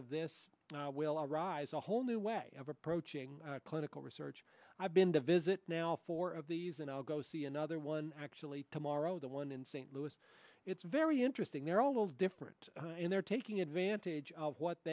of this will arise a whole new way of approaching clinical research i've been to visit now four of these and i'll go see another one actually tomorrow the one in st louis it's very interesting they're all those different and they're taking advantage of what